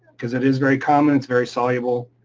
because it is very common, it's very soluble,